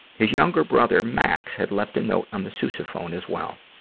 his younger, brother, max, had left a note on the sousaphone as well.